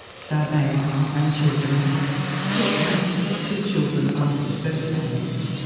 so they were our grandchildren. and geoff had two children by his first marriage.